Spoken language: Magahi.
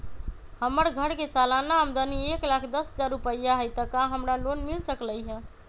हमर घर के सालाना आमदनी एक लाख दस हजार रुपैया हाई त का हमरा लोन मिल सकलई ह?